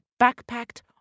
backpacked